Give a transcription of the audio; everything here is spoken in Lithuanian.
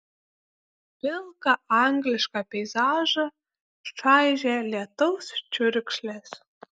pilką anglišką peizažą čaižė lietaus čiurkšlės